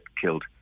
killed